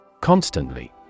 Constantly